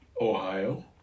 Ohio